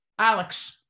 Alex